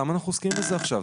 למה אנחנו עוסקים בזה עכשיו?